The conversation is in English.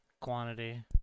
Quantity